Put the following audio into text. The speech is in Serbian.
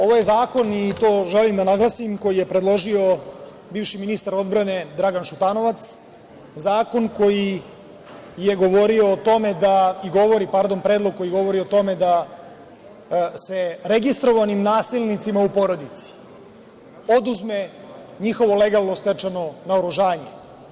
Ovaj zakon, i to želim da naglasim, koji je predložio bivši ministar odbrane Dragan Šutanovac, zakon koji govorio o tome, i Predlog koji govori o tome da se registrovanim nasilnicima u porodici oduzme njihovo legalno stečeno naoružanje.